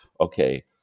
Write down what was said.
okay